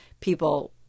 people